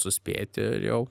suspėti jau